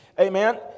amen